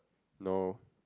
no